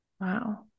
Wow